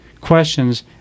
questions